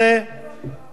מודה לך.